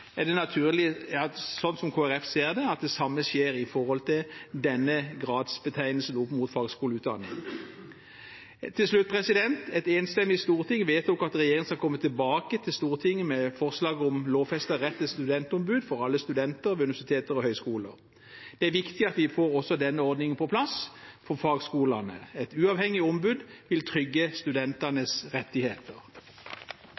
er det naturlig, slik Kristelig Folkeparti ser det, at det samme skjer med gradsbetegnelser innen fagskoleutdanning. Til slutt: Et enstemmig storting vedtok at regjeringen skal komme tilbake til Stortinget med forslag om en lovfestet rett til studentombud for alle studenter ved universiteter og høyskoler. Det er viktig at vi får den ordningen på plass også for fagskolene. Et uavhengig ombud vil trygge